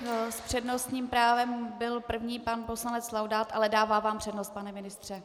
S přednostním právem byl první pan poslanec Laudát, ale dává vám přednost, pane ministře.